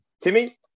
Timmy